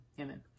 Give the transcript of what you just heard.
Amen